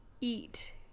eat